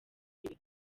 mbere